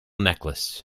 necklace